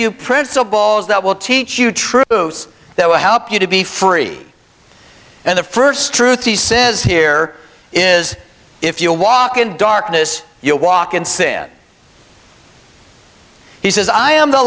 you principles that will teach you truth that will help you to be free and the st truth he says here is if you walk in darkness you walk in sin he says i am the